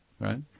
right